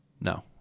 No